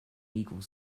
eagle